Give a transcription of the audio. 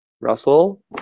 Russell